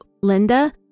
Linda